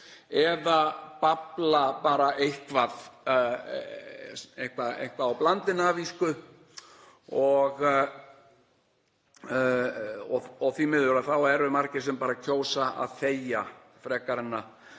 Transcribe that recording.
eða babla bara eitthvað á blandinavísku. Því miður eru margir sem kjósa að þegja frekar en að